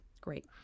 Great